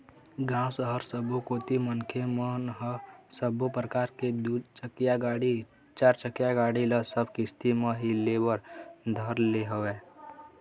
गाँव, सहर सबो कोती मनखे मन ह सब्बो परकार के दू चकिया गाड़ी, चारचकिया गाड़ी ल सब किस्ती म ही ले बर धर ले हवय